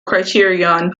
criterion